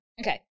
okay